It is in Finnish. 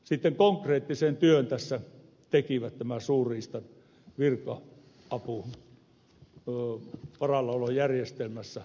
sitten konkreettisen työn tässä tekivät tämä suurriistavirka avun varallaolojärjestelmässä olevat metsästäjät